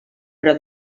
però